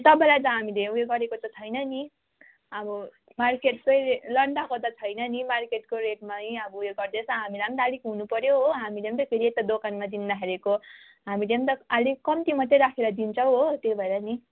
तपाईँलाई त हामीले ऊ यो गरेको त छैन नि नि अब मार्केटकै लन्डाको त छैन नि मार्केटकै रेट मै अब ऊ यो गर्दैछ हामीलाई पनि त अब अलिकति हुनु पऱ्यो हो हामीले पनि त फेरि यता दोकानमा दिँदाखेरिको हामीले पनि त आलिक कम्ति मात्रै राखेर दिन्छौँ हो त्यही भएर नि